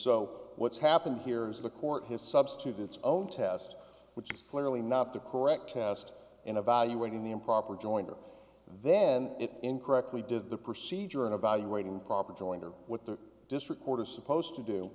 so what's happened here is the court has substitute its own test which is clearly not the correct test in evaluating the improper jointer then it incorrectly did the procedure in evaluating proper jointer with the district court are supposed to do